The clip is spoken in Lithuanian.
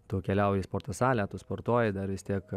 tu keliauji į sporto salę tu sportuoji dar vis tiek